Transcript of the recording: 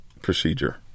procedure